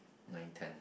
nine ten